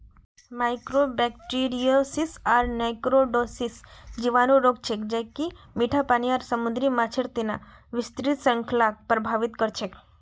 mycobacteriosis आर nocardiosis जीवाणु रोग छेक ज कि मीठा पानी आर समुद्री माछेर तना विस्तृत श्रृंखलाक प्रभावित कर छेक